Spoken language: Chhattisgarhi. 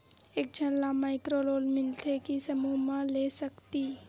एक झन ला माइक्रो लोन मिलथे कि समूह मा ले सकती?